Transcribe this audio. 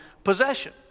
possession